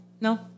no